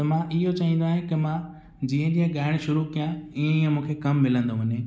त मां इहो चाहींदो आहियां की मां जीअं जीअं ॻाइणु शुरू कयां ईअं ईअं मूंखे कमु मिलंदो वञे